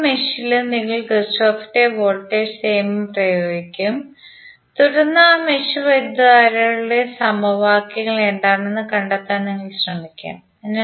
ഓരോ മെഷിലും നിങ്ങൾ കിർചോഫിന്റെ വോൾട്ടേജ് നിയമം ഉപയോഗിക്കും തുടർന്ന് ആ മെഷ് വൈദ്യുതധാരകളുടെ സമവാക്യങ്ങൾ എന്താണെന്ന് കണ്ടെത്താൻ നിങ്ങൾ ശ്രമിക്കും